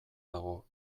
dago